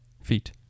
feet